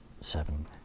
seven